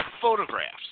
photographs